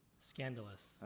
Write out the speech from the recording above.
Scandalous